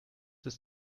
ist